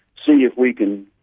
see if we can